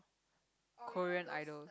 Korean idol